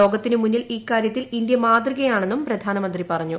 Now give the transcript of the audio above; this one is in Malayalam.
ലോകൃത്തിന് മുന്നിൽ ഇക്കാര്യത്തിൽ ഇന്ത്യ മാതൃകയായെന്നും പ്രധിനീമന്ത്രി പറഞ്ഞു